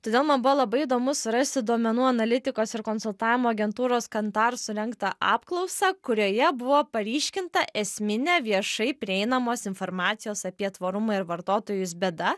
todėl man buvo labai įdomu surasti duomenų analitikos ir konsultavimo agentūros kantar surengtą apklausą kurioje buvo paryškinta esminė viešai prieinamos informacijos apie tvarumą ir vartotojus bėda